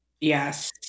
Yes